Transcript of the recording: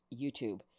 YouTube